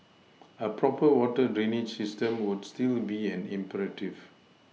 a proper water drainage system would still be an imperative